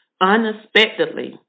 unexpectedly